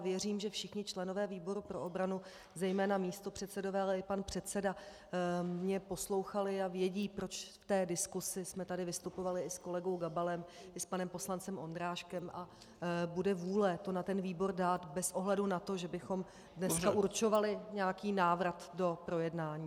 Věřím, že všichni členové výboru pro obranu, zejména místopředsedové, ale i pan předseda, mě poslouchali a vědí, proč v té diskuzi jsme tady vystupovali i s kolegou Gabalem i s panem poslancem Ondráčkem, a bude vůle to na ten výbor dát bez ohledu na to, že bychom dneska určovali nějaký návrat do projednání.